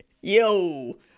yo